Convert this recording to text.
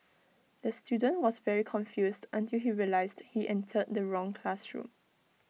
the student was very confused until he realised he entered the wrong classroom